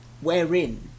Wherein